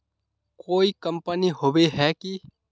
कोई कंपनी होबे है की?